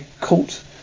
caught